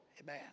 Amen